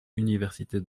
université